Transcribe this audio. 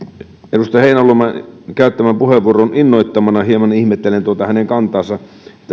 edustaja heinäluoman käyttämän puheenvuoron innoittamana hieman ihmettelen tuota hänen kantaansa